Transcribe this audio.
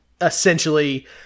essentially